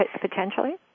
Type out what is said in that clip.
potentially